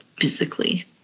physically